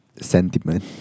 sentiment